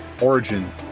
origin